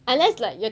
ya